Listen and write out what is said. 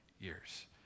years